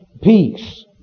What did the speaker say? Peace